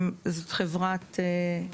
חברות כוח האדם ORS,